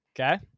Okay